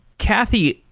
kathy,